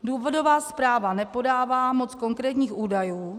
Důvodová zpráva nepodává moc konkrétních údajů.